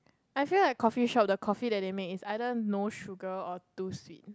I feel like coffeeshop the coffee that they make is either no sugar or too sweet